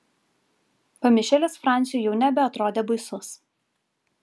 pamišėlis franciui jau nebeatrodė baisus